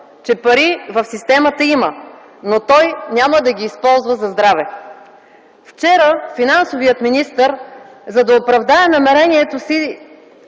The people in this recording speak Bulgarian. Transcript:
че пари в системата има, но той няма да ги използва за здраве. Вчера финансовият министър, за да оправдае намерението си